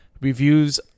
reviews